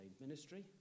ministry